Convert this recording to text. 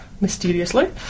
mysteriously